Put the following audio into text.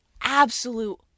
absolute